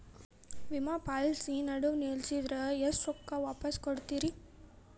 ವಿಮಾ ಪಾಲಿಸಿ ನಡುವ ನಿಲ್ಲಸಿದ್ರ ಎಷ್ಟ ರೊಕ್ಕ ವಾಪಸ್ ಕೊಡ್ತೇರಿ?